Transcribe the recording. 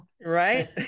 Right